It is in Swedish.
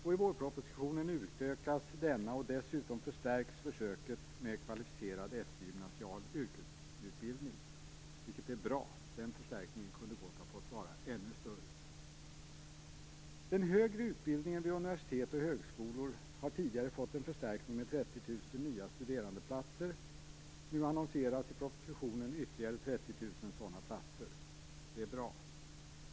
I vårpropositionen utökas denna, och dessutom förstärks försöket med kvalificerad eftergymnasial yrkesutbildning, vilket är bra. Den förstärkningen kunde gott ha fått vara ännu större. Den högre utbildningen vid universitet och högskolor har tidigare fått en förstärkning med 30 000 nya studerandeplatser. Nu annonseras i propositionen ytterligare 30 000 sådana platser. Det är bra.